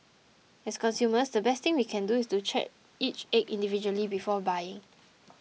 as consumers the best thing we can do is to check each egg individually before buying